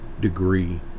degree